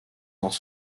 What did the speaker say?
dans